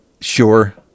Sure